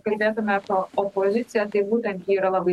kalbėtume apie opoziciją tai būtent ji yra labai